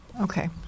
Okay